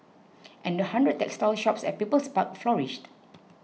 and the hundred textile shops at People's Park flourished